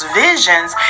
visions